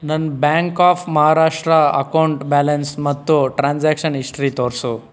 ನನ್ನ bank of Maharashtra account balance ಮತ್ತು transaction history ತೋರಿಸು